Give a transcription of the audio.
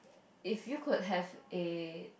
if you could have a